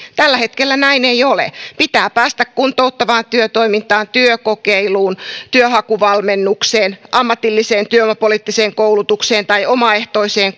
tällä hetkellä näin ei ole pitää päästä kuntouttavaan työtoimintaan työkokeiluun työnhakuvalmennukseen ammatilliseen työvoimapoliittiseen koulutukseen tai omaehtoiseen